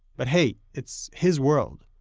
but hey, it's his world,